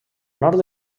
nord